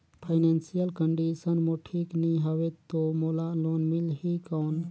Financial condition मोर ठीक नी हवे तो मोला लोन मिल ही कौन??